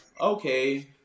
okay